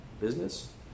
business